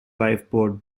lifeboat